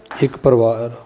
ਇੱਕ ਪਰਿਵਾਰ